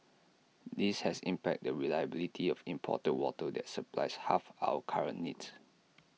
this has impacted the reliability of imported water that supplies half our current needs